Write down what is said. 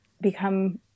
become